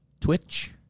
Twitch